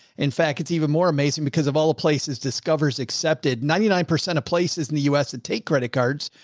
in fact, it's even more amazing because of all the places discover's accepted ninety nine percent of places in the u s that take credit cards.